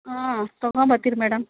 ಹಾಂ ತಗೊಂಡ್ ಬರ್ತಿರಿ ಮೇಡಮ್